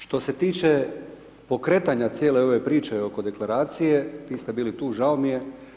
Što se tiče pokretanja cijele ove priče oko Deklaracije, niste bili tu, žao mi je.